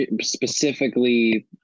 specifically